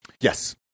yes